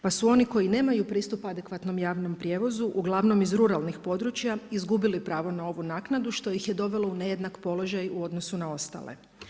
Pa su oni koji nemaju pristup adekvatnom javnom prijevozu, uglavnom iz ruralnih područja izgubili pravo na ovu naknadu što je ih dovelo u nejednak položaj u odnosu na ostale.